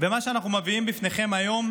ומה שאנחנו מביאים לפניכם היום